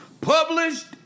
Published